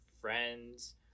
friends